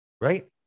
Right